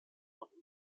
und